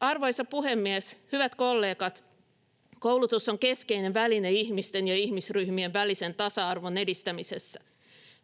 Arvoisa puhemies, hyvät kollegat! Koulutus on keskeinen väline ihmisten ja ihmisryhmien välisen tasa-arvon edistämisessä.